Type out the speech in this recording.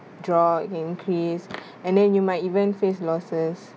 drop increase and then you might even face losses